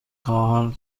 خواهم